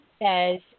says